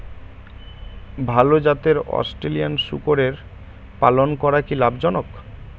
ভাল জাতের অস্ট্রেলিয়ান শূকরের পালন করা কী লাভ জনক?